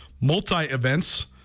multi-events